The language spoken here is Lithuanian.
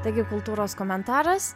taigi kultūros komentaras